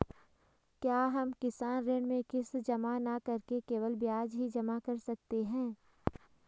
क्या हम किसान ऋण में किश्त जमा न करके केवल ब्याज ही जमा कर सकते हैं?